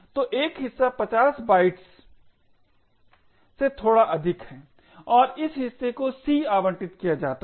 तो एक हिस्सा 50 बाइट्स से थोड़ा अधिक है और इस हिस्से को C आवंटित किया जाता है